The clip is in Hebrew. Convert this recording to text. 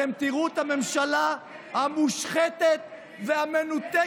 אתם תראו את הממשלה המושחתת והמנותקת.